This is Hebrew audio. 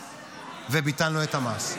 וביטלנו את המס.